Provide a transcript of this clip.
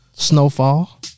snowfall